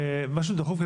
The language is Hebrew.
משהו דחוף?